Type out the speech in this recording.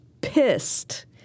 pissed